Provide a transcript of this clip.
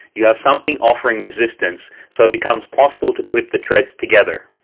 you have something offering resistance so it becomes possible to clip the treads together.